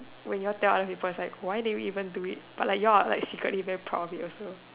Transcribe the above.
when you all tell other people is like why did we even do it but like you all like secretly very proud of it also